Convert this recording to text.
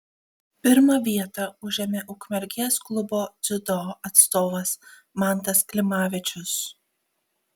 pirmą vietą užėmė ukmergės klubo dziudo atstovas mantas klimavičius